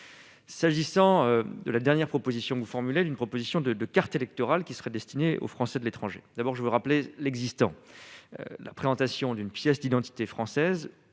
S'agissant de la dernière proposition formulée d'une proposition de 2 cartes électorales qui serait destiné aux Français de l'étranger, d'abord je veux rappeler l'existant, la présentation d'une pièce d'identité française